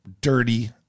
dirty